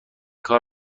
کار